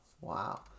Wow